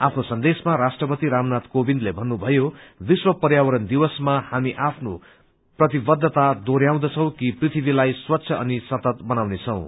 आफ्नो सन्देशमा राष्ट्रपति रामनाथ कोविन्दले मन्रुमयो विश्व पर्यावरण दिवसमा हामी आफ्नो प्रतिबद्धता दोहोरयाउदँछौ कि पृथ्वीलाई स्वच्छ अनि सतत बनाउनेछौं